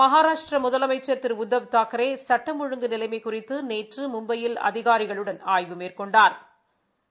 மகாராஷ்டிரா முதலமைச்சர் திரு உத்தவ் தாக்ரே சுட்டம் ஒழுங்கு நிலைமை குறித்து நேற்று மும்பையில் அதிகாரிகளுடன் ஆய்வு மேற்கொண்டாா்